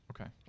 Okay